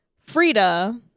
Frida